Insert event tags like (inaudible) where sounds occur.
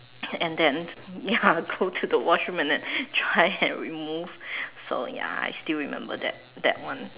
and then ya (laughs) go to the washroom and then dry and remove so ya I still remember that that one